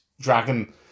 Dragon